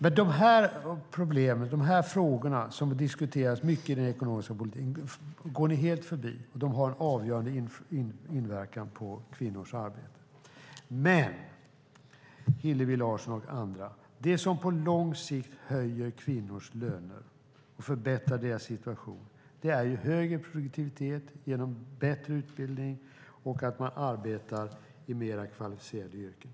Men dessa problem och frågor som diskuteras mycket inom den ekonomiska politiken går ni helt förbi. De har en avgörande inverkan på kvinnors arbete. Men, Hillevi Larsson och andra, det som på lång sikt höjer kvinnors löner och förbättrar deras situation är högre produktivitet genom bättre utbildning och att kvinnor arbetar inom mer kvalificerade yrken.